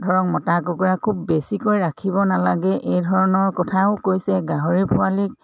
ধৰক মতা কুকুৰা খুব বেছিকৈ ৰাখিব নালাগে এই ধৰণৰ কথাও কৈছে গাহৰি পোৱালীক